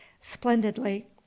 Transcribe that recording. splendidly